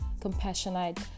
compassionate